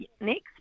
next